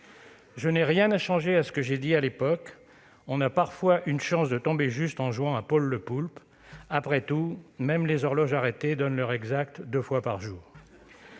Je n'ai rien à changer à ce que j'ai dit à l'époque : on a parfois une chance de tomber juste en jouant à Paul le poulpe. Après tout, même les horloges arrêtées donnent l'heure exacte deux fois par jour.